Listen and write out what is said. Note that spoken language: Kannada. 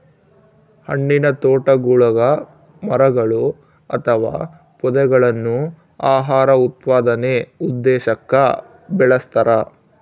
ಹಣ್ಣಿನತೋಟಗುಳಗ ಮರಗಳು ಅಥವಾ ಪೊದೆಗಳನ್ನು ಆಹಾರ ಉತ್ಪಾದನೆ ಉದ್ದೇಶಕ್ಕ ಬೆಳಸ್ತರ